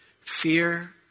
fear